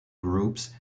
groups